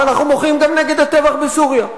ואנחנו מוחים גם נגד הטבח בסוריה.